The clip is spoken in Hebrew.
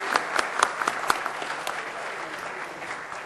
(מחיאות כפיים)